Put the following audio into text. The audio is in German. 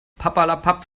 papperlapapp